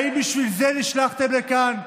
האם בשביל זה נשלחתם לכאן?